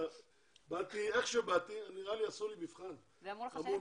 כשעשינו איתם דיון ועדכנתי את השרה לפני שבוע,